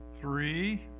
Three